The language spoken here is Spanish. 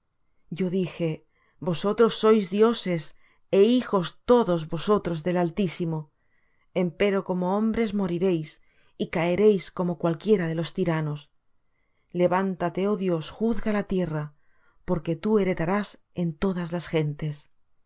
yo dije vosotros sois dioses e hijos todos vosotros del altísimo empero como hombres moriréis y caeréis como cualquiera de los tiranos levántate oh dios juzga la tierra porque tú heredarás en todas las gentes